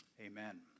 amen